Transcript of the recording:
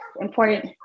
important